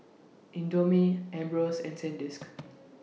Indomie Ambros and Sandisk